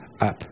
up